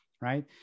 right